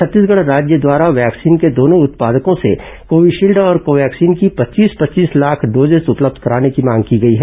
छत्तीसगढ राज्य द्वारा वैक्सीन के दोनों उत्पादकों से कोविशील्ड और कोवैक्सीन की पच्चीस पच्चीस लाख डोसेज उपलब्ध कराने की मांग की गई है